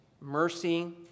mercy